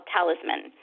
Talisman